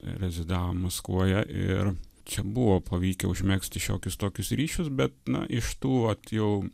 rezidavo maskvoje ir čia buvo pavykę užmegzti šiokius tokius ryšius bet na iš tų vat jau